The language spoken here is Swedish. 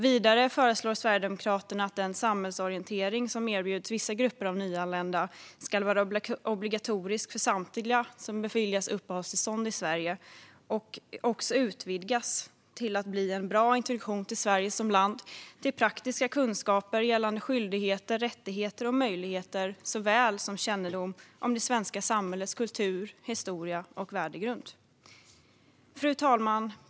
Vidare föreslår Sverigedemokraterna att den samhällsorientering som erbjuds vissa grupper av nyanlända ska vara obligatorisk för samtliga som beviljas uppehållstillstånd i Sverige. Utbildningen bör också utvidgas till såväl en bra introduktion till Sverige som land och praktiska kunskaper gällande skyldigheter, rättigheter och möjligheter som kännedom om det svenska samhällets kultur, historia och värdegrund. Fru talman!